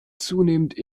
zunehmend